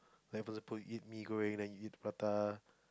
like for example you eat mee-goreng then you eat prata